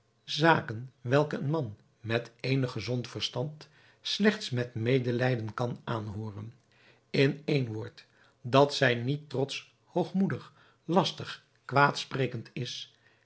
zaken welke een man met eenig gezond verstand slechts met medelijden kan aanhooren in één woord dat zij niet trotsch hoogmoedig lastig kwaadsprekend is